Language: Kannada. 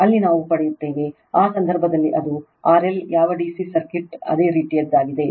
ಅಲ್ಲಿ ನಾವು ಮಾಡುತ್ತೇವೆ ಇದೇ ರೀತಿಯದ್ದಾಗಿದೆ